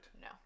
No